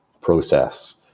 process